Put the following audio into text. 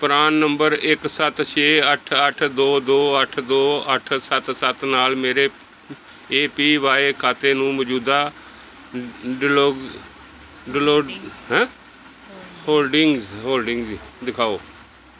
ਪ੍ਰਾਨ number ਇੱਕ ਸੱਤ ਛੇ ਅੱਠ ਅੱਠ ਦੋ ਦੋ ਅੱਠ ਦੋ ਅੱਠ ਸੱਤ ਸੱਤ ਨਾਲ ਮੇਰੇ ਏ ਪੀ ਵਾਏ ਖਾਤੇ ਨੂੰ ਮੌਜ਼ੂਦਾ ਡਲੋ ਡਲੋ ਹੈਂ ਹੋਲਡਿੰਗਜ਼ ਹੋਲਡਿੰਗਜ਼ ਦਿਖਾਓ